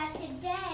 today